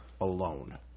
alone